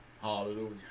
hallelujah